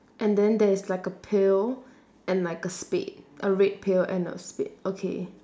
and then there is like a pail and like a spade a red pail a spade okay